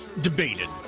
debated